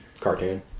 Cartoon